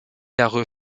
jahre